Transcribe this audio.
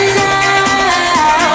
now